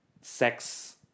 sex